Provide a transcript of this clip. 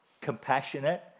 compassionate